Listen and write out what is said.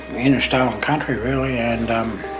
in a stolen country, really, and